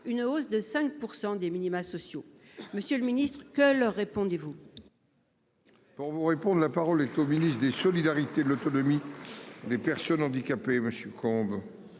Pour vous répondent. La parole est au ministre des solidarités, de l'autonomie des personnes handicapées. Monsieur